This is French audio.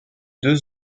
deux